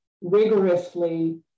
rigorously